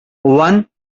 one